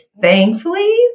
thankfully